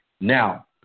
Now